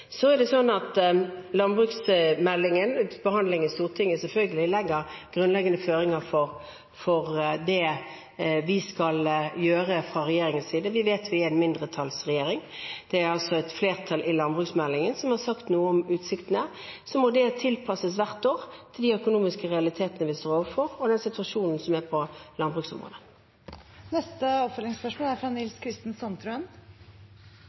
i Stortinget legger selvfølgelig grunnleggende føringer for det vi skal gjøre fra regjeringens side. Vi vet at vi er en mindretallsregjering, det er altså et flertall som har sagt noe om utsiktene i landbruksmeldingen. Så må det hvert år tilpasses til de økonomiske realitetene vi står overfor, og den situasjonen som er på landbruksområdet. Nils Kristen Sandtrøen – til oppfølgingsspørsmål. Politikken for mat er